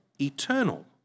eternal